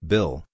Bill